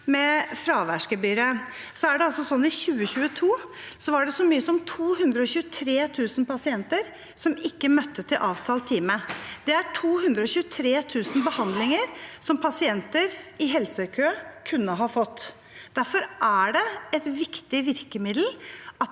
fraværsgebyret, var det altså i 2022 så mange som 223 000 pasienter som ikke møtte til avtalt time. Det er 223 000 behandlinger som pasienter i helsekø kunne ha fått. Derfor er det et viktig virkemiddel at